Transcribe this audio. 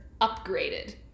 upgraded